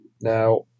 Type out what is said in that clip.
Now